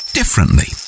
differently